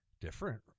different